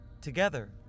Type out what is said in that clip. Together